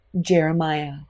Jeremiah